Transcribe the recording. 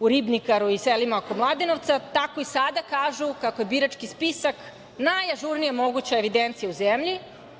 u „Ribnikaru“ i selima oko Mladenovca, tako i sada kažu kako je birački spisak najažurnija moguća evidencija u zemlji.